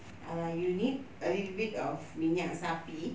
err you need a little bit of minyak sapi